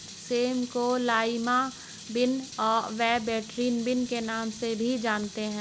same को lima bean व butter bean के नाम से भी जानते हैं